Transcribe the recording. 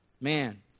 Man